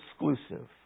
exclusive